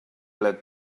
let